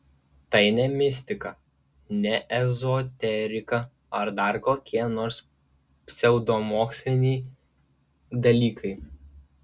tai ne mistika ne ezoterika ar dar kokie nors pseudomoksliniai dalykai